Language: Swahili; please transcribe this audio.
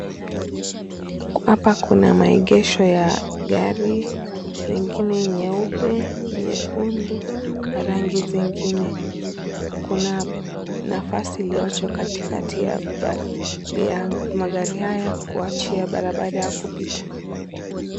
Hapa kuna maegesho ya gari lengine jeupe, nyekundu na rangi zingine. Kuna nafasi iliyoachwa katikati ya magari haya kuachia barabara ya kupita.